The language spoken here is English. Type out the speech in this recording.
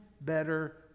better